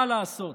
מה לעשות?